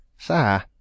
Sir